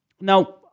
now